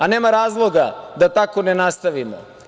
Nema razloga da tako ne nastavimo.